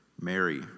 Mary